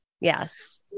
Yes